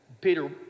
Peter